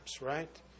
right